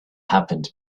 happened